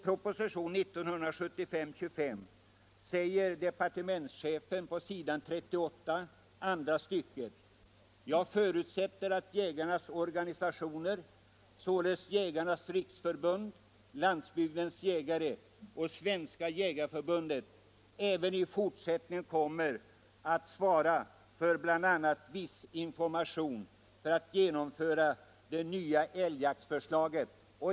I propositionen 1975:25 på s. 38 andra stycket säger departementschefen att han förutsätter att jägarnas organisationer — således Jägarnas riksförbund-Landsbygdens jägare och Svenska jägareförbundet - även i fortsättningen kommer att svara för bl.a. viss information för att genomföra det nya älgjaktsförslaget.